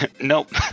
Nope